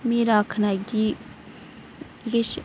मेरा आखना इ'यै ऐ जे